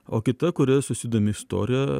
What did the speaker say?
o kita kuri susidomi istorija